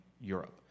Europe